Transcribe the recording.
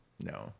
no